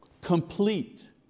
complete